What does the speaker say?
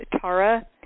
Tara